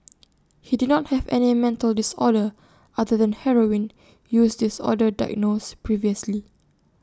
he did not have any mental disorder other than heroin use disorder diagnosed previously